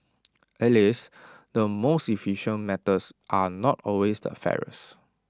alas the most efficient methods are not always the fairest